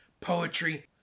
poetry